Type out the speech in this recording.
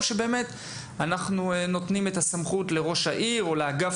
או שאנחנו נותנים לראש העיר או לאגף